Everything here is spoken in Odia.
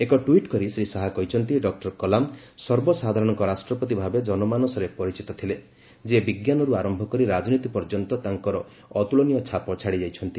ଏକ ଟ୍ସିଟ୍ କରି ଶ୍ରୀ ଶାହା କହିଛନ୍ତି ଡକ୍ଟର କଲାମ୍ ସର୍ବସାଧାରଣଙ୍କ ରାଷ୍ଟ୍ରପତି ଭାବୋ ଜନମାନସରେ ପରିଚିତ ଥିଲେ ଯିଏ ବିଜ୍ଞାନରୁ ଆରମ୍ଭ କରି ରାଜନୀତି ପର୍ଯ୍ୟନ୍ତ ତାଙ୍କର ଅତ୍କଳନୀୟ ଛାପ ଛାଡ଼ିଯାଇଛନ୍ତି